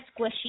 squishy